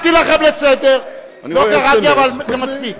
לסדר, אבל זה מספיק.